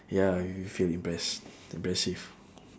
ya you feel impress impressive